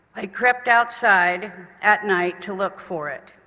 i crept outside at night to look for it.